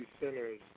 centers